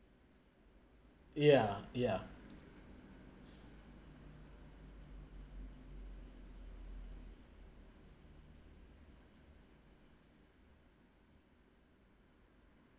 yeah yeah